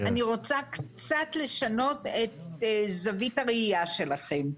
אני רוצה קצת לשנות את זווית הראייה שלכם.